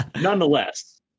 nonetheless